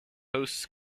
hosts